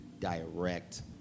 direct